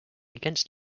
against